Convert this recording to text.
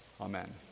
Amen